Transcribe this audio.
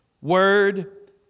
word